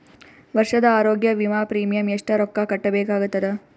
ವರ್ಷದ ಆರೋಗ್ಯ ವಿಮಾ ಪ್ರೀಮಿಯಂ ಎಷ್ಟ ರೊಕ್ಕ ಕಟ್ಟಬೇಕಾಗತದ?